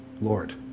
Lord